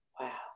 Wow